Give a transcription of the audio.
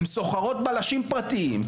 הן שוכרות בלשים פרטיים,